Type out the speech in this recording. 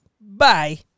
Bye